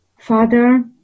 Father